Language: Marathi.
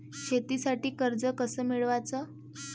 शेतीसाठी कर्ज कस मिळवाच?